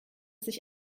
sich